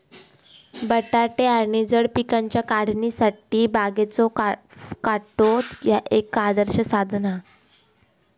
बटाटे आणि जड पिकांच्या काढणीसाठी बागेचो काटो ह्या एक आदर्श साधन हा